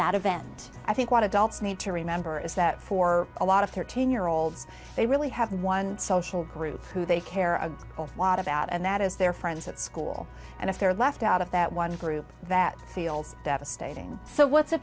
that event i think what adults need to remember is that for a lot of thirteen year olds they really have one social group who they care a lot about and that is their friends at school and if they're left out of that one group that feels that a stating so what's